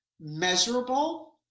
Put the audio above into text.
measurable